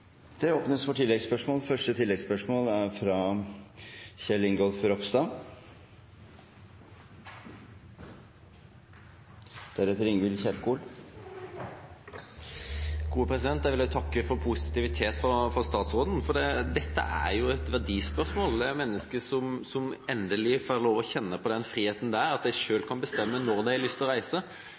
Det åpnes for oppfølgingsspørsmål – først Kjell Ingolf Ropstad. Jeg vil også takke for positivitet fra statsråden, for dette er et verdispørsmål. Det handler om mennesker som endelig får lov til å kjenne på den friheten det er at en selv kan bestemme når en har lyst til å reise.